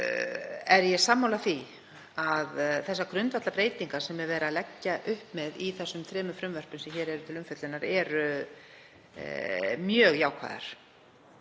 málið, er ég sammála því að þær grundvallarbreytingar sem verið er að leggja upp með í þeim þremur frumvörpum sem hér eru til umfjöllunar eru mjög jákvæðar.